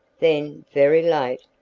then, very late,